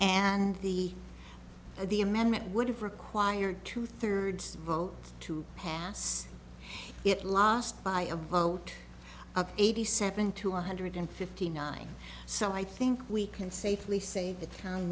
and the the amendment would have required two thirds vote to pass it lost by a vote of eighty seven to one hundred fifty nine so i think we can safely say the